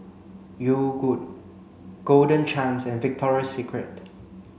Yogood Golden Chance and Victoria Secret